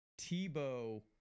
tebow